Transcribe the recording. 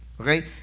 okay